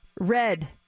Red